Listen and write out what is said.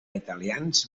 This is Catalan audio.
italians